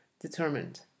determined